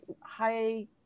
high